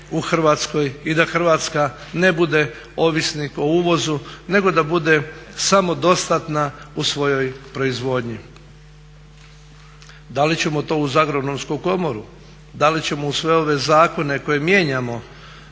Hrvatskoj i da Hrvatska ne bude ovisnik o uvozu nego da bude samodostatna u svojoj proizvodnji. Da li ćemo to uz Agronomsku komoru, da li ćemo uz sve ove zakone koje mijenjamo